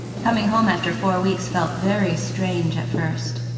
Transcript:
coming home after four weeks felt very strange at first.